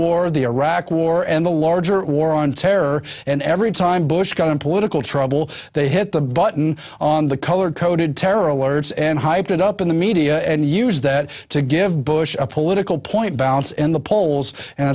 war the iraq war and the larger war on terror and every time bush got in political trouble they hit the button on the color coded terror alerts and hyped it up in the media and use that to give bush a political point bounce in the polls and